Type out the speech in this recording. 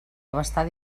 abastar